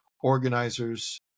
organizers